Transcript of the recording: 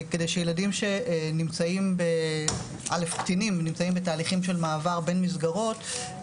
כדי שילדים שנמצאים בתהליכים של מעבר בין מסגרות,